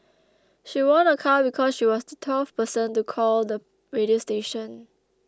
she won a car because she was the twelfth person to call the radio station